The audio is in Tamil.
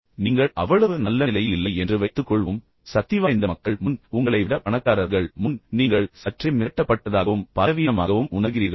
நீங்கள் அவ்வளவு நல்ல நிலையில் இல்லை என்று வைத்துக்கொள்வோம் சக்திவாய்ந்த மக்கள் முன் உங்களை விட பணக்காரர்கள் முன் நீங்கள் சற்றே மிரட்டப்பட்டதாகவும் பலவீனமாகவும் உணர்கிறீர்களா